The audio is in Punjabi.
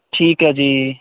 ਠੀਕ ਹੈ ਜੀ